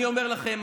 אני אומר לכם,